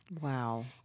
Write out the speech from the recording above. Wow